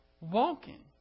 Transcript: Walking